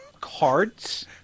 Cards